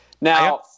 now